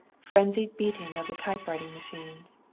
frenzied beating of the typewriting machines,